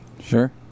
Sure